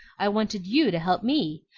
i wanted you to help me,